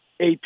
AP